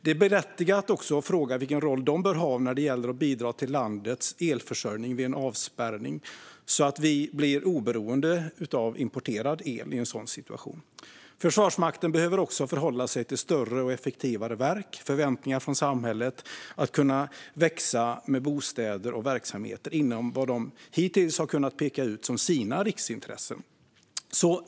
Det är också berättigat att fråga vilken roll Försvarsmakten bör ha när det gäller att bidra till landets elförsörjning vid en avspärrning så att vi i en sådan situation blir oberoende av importerad el. Försvarsmakten behöver också förhålla sig till större och effektivare verk och till förväntningar från samhället om att kunna växa med bostäder och verksamheter inom vad Försvarsmakten hittills har kunnat peka ut som sina riksintressen.